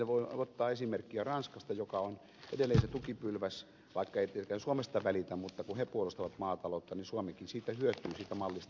voisimme ottaa esimerkkiä ranskasta joka on edelleen se tukipylväs vaikka ei tietenkään suomesta välitä mutta kun he puolustavat maataloutta niin suomikin hyötyy siitä mallista